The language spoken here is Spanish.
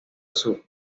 sur